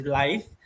life